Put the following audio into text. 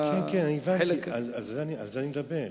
הבנתי, על זה אני מדבר.